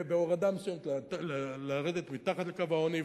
ובהורדה מסוימת לרדת מתחת לקו העוני,